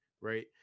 right